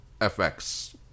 FX